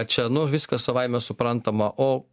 čia nu viskas savaime suprantama o